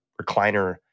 recliner